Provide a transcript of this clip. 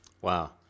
Wow